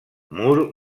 moore